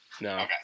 no